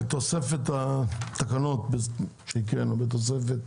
התקנות שהקראנו בתוספת